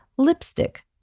Lipstick